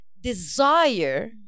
desire